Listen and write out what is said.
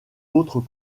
autres